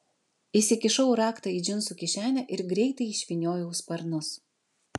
įsikišau raktą į džinsų kišenę ir greitai išvyniojau sparnus